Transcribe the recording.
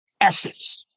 essence